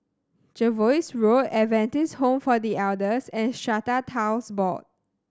Jervois Road Adventist Home for The Elders and Strata Titles Board